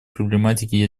проблематики